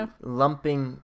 lumping